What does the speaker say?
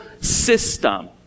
system